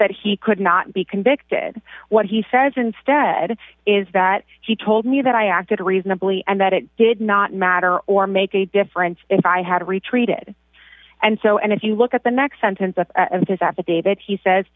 that he could not be convicted what he says instead is that he told me that i acted reasonably and that it did not matter or make a difference if i had retreated and so and if you look at the next sentence of h